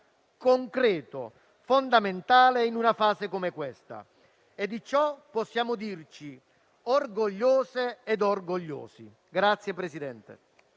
concreto, fondamentale in una fase come questa e di ciò possiamo dirci orgogliose ed orgogliosi.